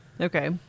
Okay